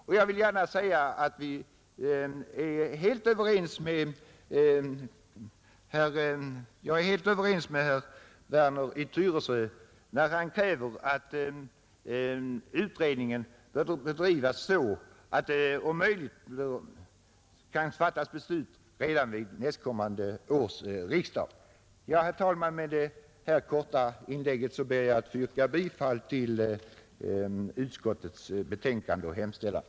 Och jag vill gärna säga att jag är helt ense med herr Werner i Tyresö om att utredningen bör bedrivas så att beslut om möjligt kan fattas redan vid nästkommande års riksdag. Herr talman! Med detta korta inlägg ber jag att få yrka bifall till utskottets hemställan.